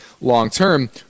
long-term